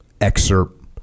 excerpt